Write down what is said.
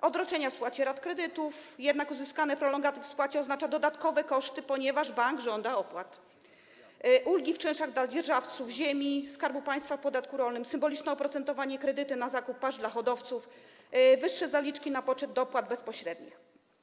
odroczenia w spłacie rat kredytów, jednak uzyskanie prolongaty w spłacie oznacza dodatkowe koszty, ponieważ bank żąda opłat, ulgi w czynszach dla dzierżawców ziemi Skarbu Państwa, ulgi w podatku rolnym, symbolicznie oprocentowane kredyty na zakup pasz dla hodowców, wyższe zaliczki na poczet dopłat bezpośrednich.